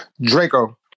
Draco